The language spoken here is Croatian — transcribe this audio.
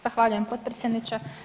Zahvaljujem potpredsjedniče.